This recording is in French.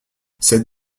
cette